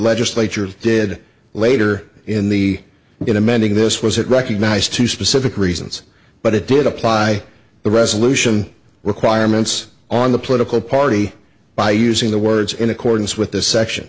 legislature did later in the in amending this was it recognized two specific reasons but it did apply the resolution requirements on the political party by using the words in accordance with the section